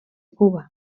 cuba